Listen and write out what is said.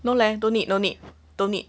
no leh don't need no need don't need